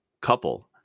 couple